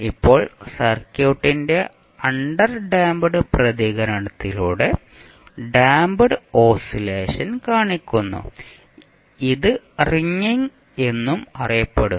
ഇപ്പോൾ സർക്യൂട്ടിന്റെ അണ്ടർഡാമ്പ്ഡ് പ്രതികരണത്തിലൂടെ ഡാംപ്ഡ് ഓസിലേഷൻ കാണിക്കുന്നു ഇത് റിംഗിംഗ് എന്നും അറിയപ്പെടുന്നു